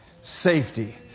safety